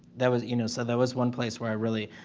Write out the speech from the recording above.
that was you know so that was one place where i really,